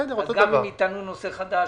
גם אם יטענו נושא חדש,